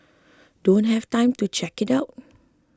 don't have time to check it out